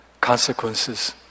consequences